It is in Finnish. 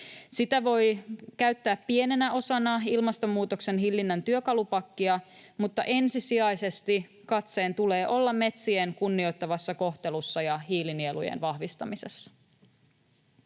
Sitä voi käyttää pienenä osana ilmastonmuutoksen hillinnän työkalupakkia, mutta ensisijaisesti katseen tulee olla metsien kunnioittavassa kohtelussa ja hiilinielujen vahvistamisessa.